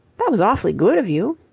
that was awfully good of you.